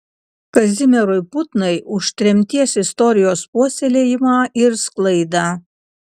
kazimierui putnai už tremties istorijos puoselėjimą ir sklaidą